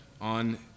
on